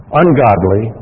ungodly